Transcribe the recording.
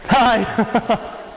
hi